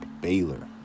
Baylor